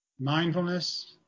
mindfulness